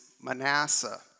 Manasseh